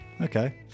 Okay